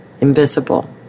invisible